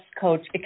coach